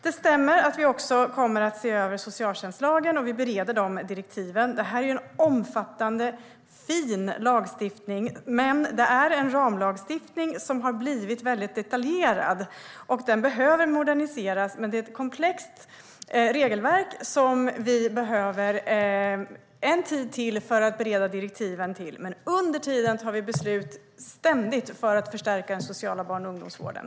Det stämmer att vi kommer att se över socialtjänstlagen, och vi bereder de direktiven. Det är en omfattande, fin lagstiftning, men det är en ramlagstiftning som har blivit väldigt detaljerad och behöver moderniseras. Det är ett komplext regelverk, och vi behöver bereda direktiven ytterligare en tid. Under tiden tar vi ständigt beslut för att förstärka den sociala barn och ungdomsvården.